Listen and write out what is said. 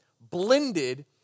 blended